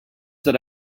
that